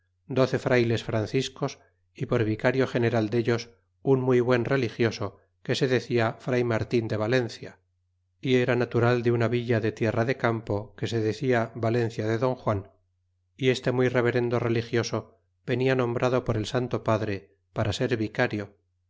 doce frayles franciscos y por vicario general dellos un muy buen religioso que se decia fray martin de valencia y era natural de una villa de tierra de campo que se decia valencia de don juan y este muy reverendo religioso venia nombrado por el santo padre para ser vicario